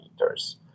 meters